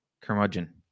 curmudgeon